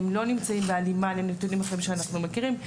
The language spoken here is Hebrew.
הם לא נמצאים בהלימה לנתונים אחרים שאנחנו מכירים,